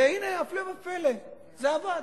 והנה, הפלא ופלא, זה עבד.